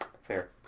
Fair